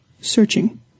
searching